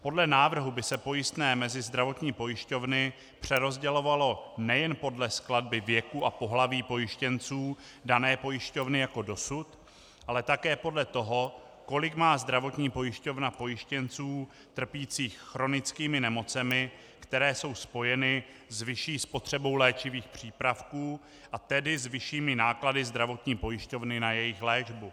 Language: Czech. Podle návrhu by se pojistné mezi zdravotní pojišťovny přerozdělovalo nejen podle skladby věku a pohlaví pojištěnců dané pojišťovny jako dosud, ale také podle toho, kolik má zdravotní pojišťovna pojištěnců trpících chronickými nemocemi, které jsou spojeny s vyšší spotřebou léčivých přípravků, a tedy s vyššími náklady zdravotní pojišťovny na jejich léčbu.